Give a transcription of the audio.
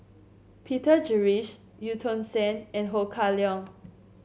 Peter Gilchrist Eu Tong Sen and Ho Kah Leong